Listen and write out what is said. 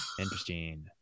interesting